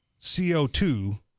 CO2